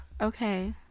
okay